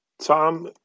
Tom